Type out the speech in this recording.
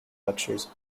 lectures